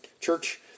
Church